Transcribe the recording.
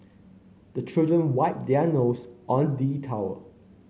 the children wipe their nose on the towel